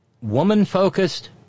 Woman-focused